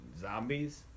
zombies